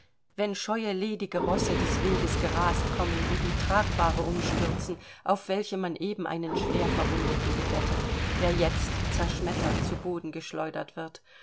wenn scheue ledige rosse des weges gerast kommen und die tragbahre umstürzen auf welche man eben einen schwerverwundeten gebettet der jetzt zerschmettert zu boden geschleudert wird